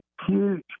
huge